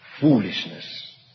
foolishness